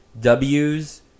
ws